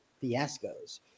fiascos